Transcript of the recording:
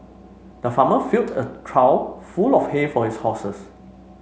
the farmer filled a trough full of hay for his horses